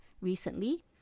recently